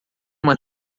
uma